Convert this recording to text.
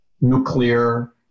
Nuclear